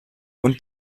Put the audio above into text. und